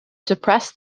suppress